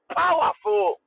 powerful